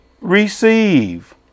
receive